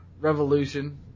revolution